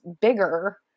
bigger